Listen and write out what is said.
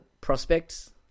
prospects